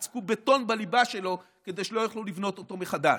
ייצקו בטון בליבה שלו כדי שלא יוכלו לבנות אותו מחדש,